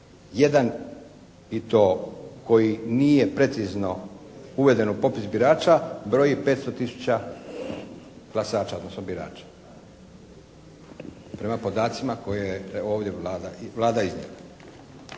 Jedan i to koji nije precizno uveden u popis birača, broji 500 tisuća glasača, odnosno birača prema podacima koje je ovdje Vlada iznijela.